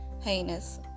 heinous